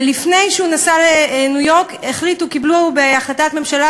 ולפני שהוא נסע לניו-יורק קיבלו בהחלטת ממשלה,